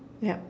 yup